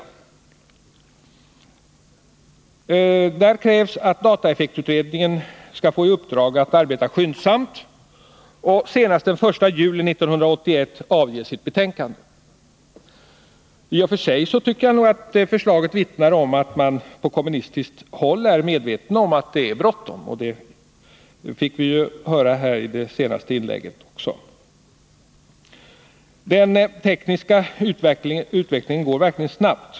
I den krävs att dataeffektutredningen skall få i uppdrag att arbeta skyndsamt och senast den 1 juli 1981 avge sitt betänkande. I och för sig tycker jagatt förslaget vittnar om att man på kommunistiskt håll är medveten om att det är bråttom — det fick vi också höra i inlägget från Marie-Ann Johansson. Den tekniska utvecklingen går verkligen snabbt.